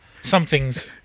somethings